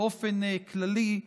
באופן כללי,